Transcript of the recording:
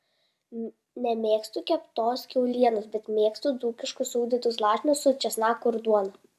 nemėgstu keptos kiaulienos bet mėgstu dzūkiškus sūdytus lašinius su česnaku ir duona